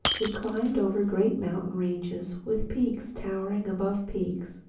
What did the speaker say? we climbed over great mountain-ranges, with peaks towering above peaks.